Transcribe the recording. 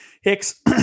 Hicks